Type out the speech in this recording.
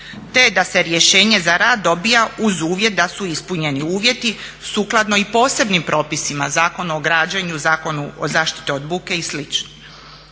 te da se rješenje za rad dobija uz uvjet da su ispunjeni uvjeti sukladno i posebnim propisima Zakonu o građenju, Zakonu o zaštiti od buke i